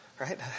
right